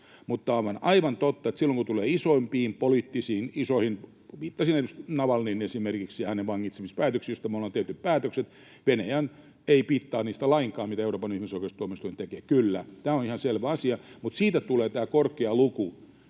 Mutta on aivan totta, että silloin kun tullaan isoimpiin poliittisiin ratkaisuihin — viittaan esimerkiksi Navalnyihin, hänen vangitsemispäätöksiinsä, joista me olemme tehneet päätökset — niin Venäjä ei piittaa lainkaan siitä, mitä Euroopan ihmisoikeustuomioistuin tekee. Kyllä, tämä on ihan selvä asia. Mutta siitä tulee tämä korkea luku,